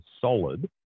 solid